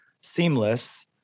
seamless